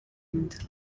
inda